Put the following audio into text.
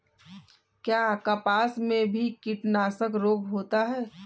क्या कपास में भी कीटनाशक रोग होता है?